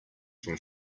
from